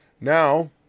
Now